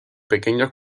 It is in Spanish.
pequeños